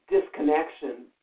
disconnection